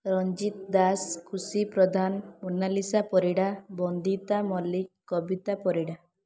Ranjit Das Khushi Pradhan Monalisa Parida Bandita Mallick Kabita Parida